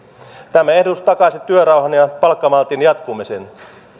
tämä ehdotus takaisi työrauhan ja ja palkkamaltin jatkumisen